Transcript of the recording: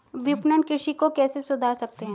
विपणन कृषि को कैसे सुधार सकते हैं?